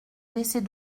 laissait